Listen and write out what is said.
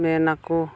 ᱢᱮᱱ ᱟᱠᱚ